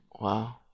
Wow